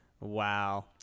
Wow